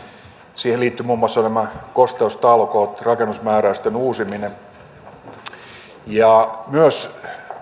siihen liittyivät muun muassa nämä kosteustalkoot rakennusmääräysten uusiminen ja myös